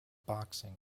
boxing